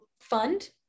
fund